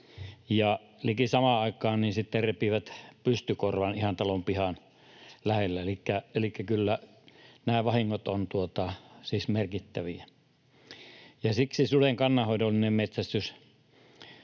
samaan aikaan ne repivät pystykorvan ihan talon pihan lähellä. Elikkä kyllä nämä vahingot ovat siis merkittäviä. Siksi suden kannanhoidollinen metsästys